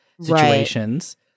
situations